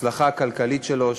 ההצלחה הכלכלית שלו,